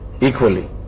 equally